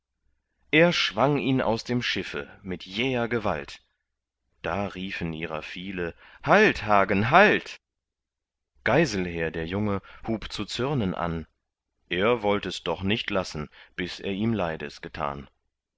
er schwang ihn aus dem schiffe mit jäher gewalt da liefen ihrer viele halt hagen halt geiselher der junge hub zu zürnen an er wollt es doch nicht lassen bis er ihm leides getan